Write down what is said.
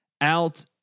out